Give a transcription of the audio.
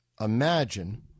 imagine